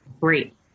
great